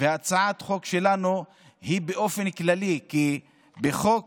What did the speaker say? הצעת החוק שלנו היא באופן כללי, כי חוק